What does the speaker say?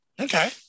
Okay